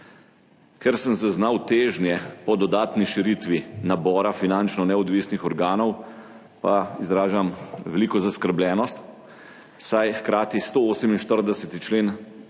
Ker sem zaznal težnje po dodatni širitvi nabora finančno neodvisnih organov, pa izražam veliko zaskrbljenost, saj hkrati 148. člen